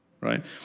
right